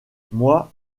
moi